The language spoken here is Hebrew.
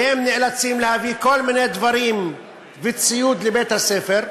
והם נאלצים להביא כל מיני דברים וציוד לבית-הספר,